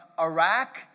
Iraq